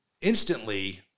instantly